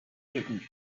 hidden